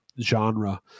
genre